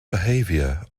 behavior